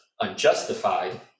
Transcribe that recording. unjustified